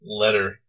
letter